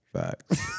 Facts